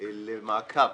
- תירתם למעקב